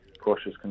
cautious